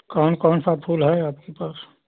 कौन कौनसा फूल है आपके पास